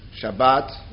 Shabbat